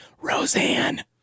Roseanne